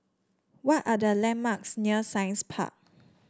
what are the landmarks near Science Park